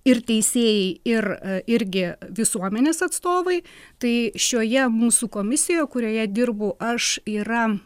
ir teisėjai ir irgi visuomenės atstovai tai šioje mūsų komisijoj kurioje dirbu aš yra